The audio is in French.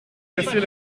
casser